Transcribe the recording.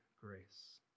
grace